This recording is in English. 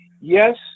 Yes